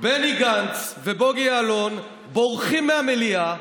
בני גנץ ובוגי יעלון, בורחים מהמליאה.